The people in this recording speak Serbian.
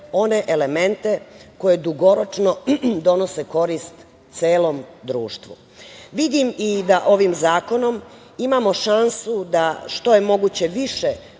one elemente koje dugoročno donose korist celom društvu. Vidim i da ovim zakonom imamo šansu da što je moguće više